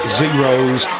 zeros